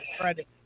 credit